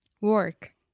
Work